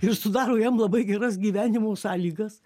ir sudaro jam labai geras gyvenimo sąlygas